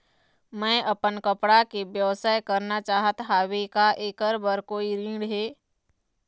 मैं अपन कपड़ा के व्यवसाय करना चाहत हावे का ऐकर बर कोई ऋण हे?